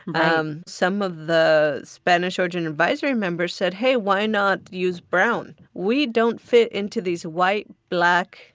um some of the spanish-origin advisory members said, hey, why not use brown? we don't fit into these white, black,